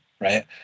right